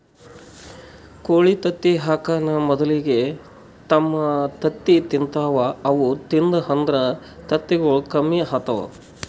ಕೋಳಿ ತತ್ತಿ ಹಾಕಾನ್ ಮೊದಲಿಗೆ ತಮ್ ತತ್ತಿ ತಿಂತಾವ್ ಅವು ತಿಂದು ಅಂದ್ರ ತತ್ತಿಗೊಳ್ ಕಮ್ಮಿ ಆತವ್